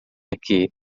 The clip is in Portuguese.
aqui